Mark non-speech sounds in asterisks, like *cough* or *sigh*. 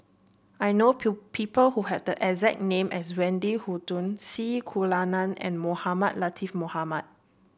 I know *unintelligible* people who have the exact name as Wendy Hutton C Kunalan and Mohamed Latiff Mohamed